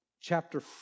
chapter